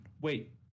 wait